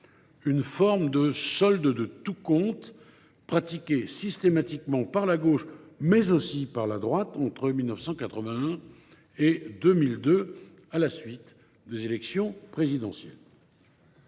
une forme de solde de tout compte pratiqué systématiquement par la gauche, mais aussi par la droite, entre 1981 et 2002 à la suite des élections présidentielles.